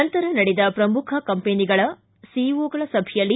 ನಂತರ ನಡೆದ ಶ್ರಮುಖ ಕಂಪನಿಗಳ ಸೀಒಗಳ ಸಭೆಯಲ್ಲಿ